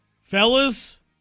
fellas